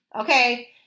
okay